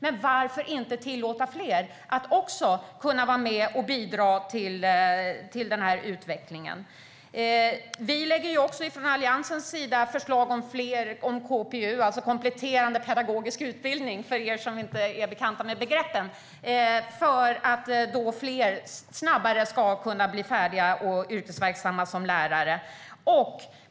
Men varför inte tillåta fler att vara med och bidra till utvecklingen? Från Alliansens sida lägger vi fram förslag om KPU, det vill säga kompletterande pedagogisk utbildning för er som inte är bekanta med begreppen, så att fler snabbare kan bli färdiga och yrkesverksamma som lärare.